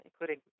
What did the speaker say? Including